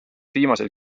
viimasel